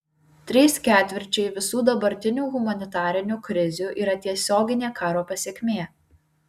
trys ketvirčiai visų dabartinių humanitarinių krizių yra tiesioginė karo pasekmė